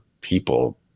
people